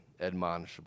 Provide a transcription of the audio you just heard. admonishable